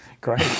Great